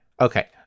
okay